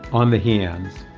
on the hands.